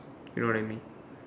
you know what I mean